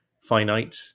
finite